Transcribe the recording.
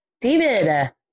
David